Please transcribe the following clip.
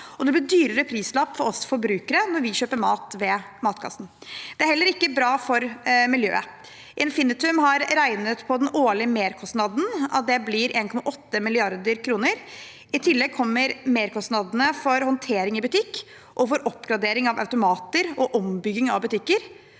det blir en dyrere prislapp for oss forbrukere når vi kjøper mat ved matkassen. Det er heller ikke bra for miljøet. Infinitum har regnet ut at den årlige merkostnaden blir 1,8 mrd. kr. I tillegg kommer merkostnadene for håndtering i butikk, for oppgradering av automater og ombygging av butikker